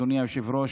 אדוני היושב-ראש,